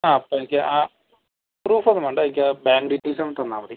ആ അപ്പം എനിക്ക് ആ പ്രൂഫ് ഒന്നും വേണ്ട എനിക്ക് ആ ബാങ്ക് ഡീറ്റെയിൽസ് ഒന്ന് തന്നാൽ മതി